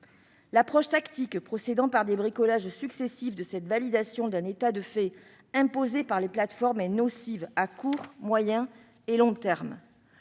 approche tactique, qui procède par bricolages successifs pour aboutir à la validation d'un état de fait imposé par les plateformes, est nocive à court, moyen et long terme.